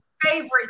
favorite